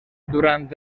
durant